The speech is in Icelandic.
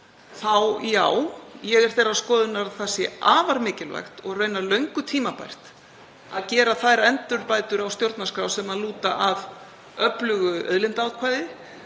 þá er ég þeirrar skoðunar að það sé afar mikilvægt og raunar löngu tímabært að gera þær endurbætur á stjórnarskrá sem lúta að öflugu auðlindaákvæði